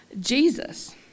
Jesus